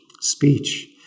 speech